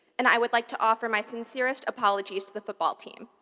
and i would like to offer my sincerest apologies to the football team.